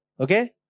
Okay